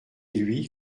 lui